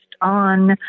on